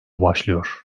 başlıyor